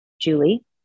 Julie